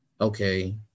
okay